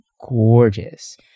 gorgeous